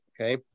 okay